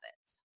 habits